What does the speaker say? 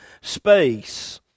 space